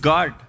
God